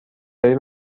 داری